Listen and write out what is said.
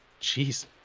Jeez